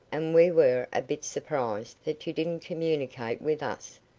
and we were a bit surprised that you didn't communicate with us.